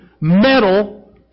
metal